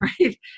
Right